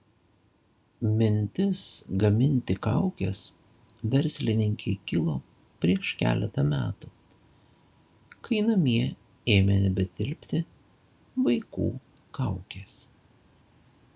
mintis gaminti kaukes verslininkei kilo prieš keletą metų kai namie ėmė nebetilpti vaikų kaukės